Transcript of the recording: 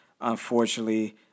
Unfortunately